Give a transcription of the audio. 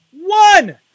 one